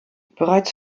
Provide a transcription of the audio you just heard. bereits